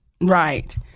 Right